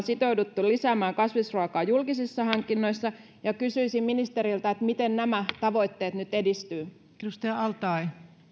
sitoutuneet lisäämään kasvisruokaa julkisissa hankinnoissa kysyisin ministeriltä miten nämä tavoitteet nyt edistyvät